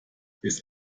des